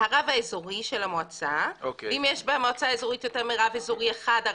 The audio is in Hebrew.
הרב האזורי של המועצה ואם יש במועצה האזורית יותר מרב אזורי אחד,